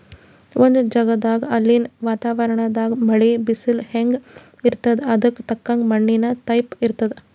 ಒಂದ್ ಜಗದಾಗ್ ಅಲ್ಲಿನ್ ವಾತಾವರಣದಾಗ್ ಮಳಿ, ಬಿಸಲ್ ಹೆಂಗ್ ಇರ್ತದ್ ಅದಕ್ಕ್ ತಕ್ಕಂಗ ಮಣ್ಣಿನ್ ಟೈಪ್ ಇರ್ತದ್